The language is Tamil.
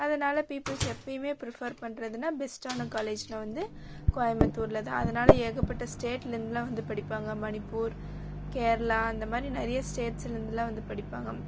அதனால் பீப்பில்ஸ் எப்போயுமே பிரிஃபெர் பண்றதுனால் பெஸ்ட்டான காலேஜ்னால் வந்து கோயமுத்தூரில் தான் அதனால ஏகப்பட்ட ஸ்டேட்டில் இருந்துலாம் வந்து படிப்பாங்க மணிப்பூர் கேரளா அந்த மாதிரி நிறையா ஸ்டேட்ஸில் இருந்துலாம் வந்து படிப்பாங்க